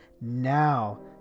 now